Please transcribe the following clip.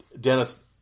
Dennis